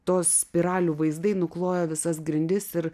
tos spiralių vaizdai nuklojo visas grindis ir